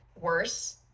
worse